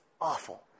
awful